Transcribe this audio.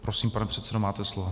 Prosím, pane předsedo, máte slovo.